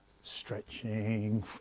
stretching